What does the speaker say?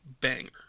banger